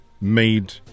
made